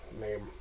name